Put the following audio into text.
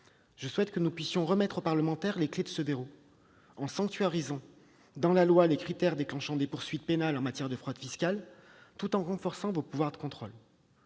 je souhaite que nous puissions remettre aux parlementaires les clefs de ce verrou, en sanctuarisant dans la loi les critères déclenchant des poursuites pénales en matière de fraude fiscale, tout en renforçant leurs pouvoirs de contrôle.